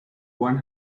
one